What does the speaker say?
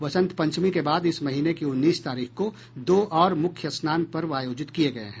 बसंत पंचमी के बाद इस महीने की उन्नीस तारीख को दो और मुख्य स्नान पर्व आयोजित किए गए हैं